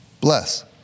bless